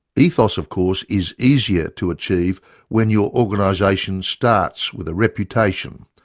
ethos of course is easier to achieve when your organisation starts with a reputation,